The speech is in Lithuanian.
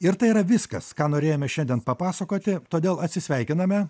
ir tai yra viskas ką norėjome šiandien papasakoti todėl atsisveikiname